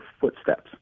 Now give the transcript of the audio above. footsteps